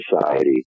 society